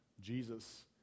Jesus